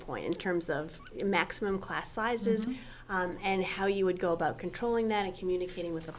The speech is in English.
point in terms of maximum class sizes and how you would go about controlling that and communicating with the